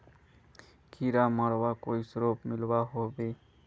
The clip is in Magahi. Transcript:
कीड़ा मरवार कोई स्प्रे मिलोहो होबे?